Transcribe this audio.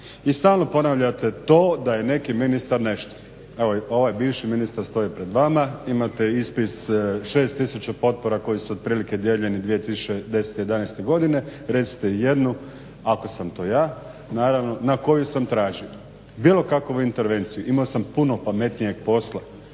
I stalno ponavljate to da je neki ministar nešto. Evo ovaj bivši ministar stoji pred vama. Imate ispis šest tisuća potpora koje su otprilike dijeljeni 2010., 2011. godine, recite jednu ako sam to ja naravno na koju sam tražio, bilo kakvu intervenciju. Imao sam puno pametnijeg posla